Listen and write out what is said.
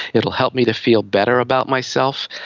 it will help me to feel better about myself.